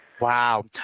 Wow